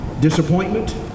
Disappointment